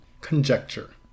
Conjecture